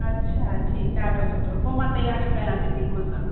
अच्छा ठीकु ॾाढो सुठो पोइ मां तयारी कयां थी बिल्कुलु सां